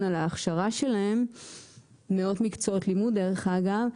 על ההכשרה שלהם ומאות מקצועות לימוד דרך אגב,